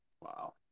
Wow